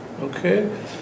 okay